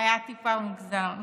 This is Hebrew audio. היה טיפה מוזר.